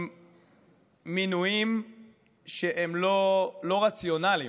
עם מינויים לא רציונליים.